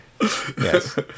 Yes